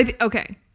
Okay